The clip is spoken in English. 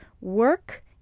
work